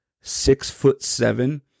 six-foot-seven